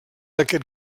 aquest